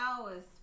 hours